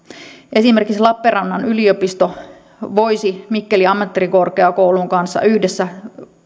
esimerkiksi lappeenrannan yliopisto voisi mikkelin ammattikorkeakoulun kanssa yhdessä